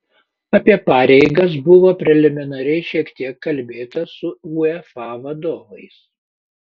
apie pareigas buvo preliminariai šiek tiek kalbėta su uefa vadovais